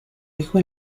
hijo